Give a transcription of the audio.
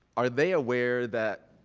are they aware that